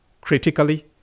critically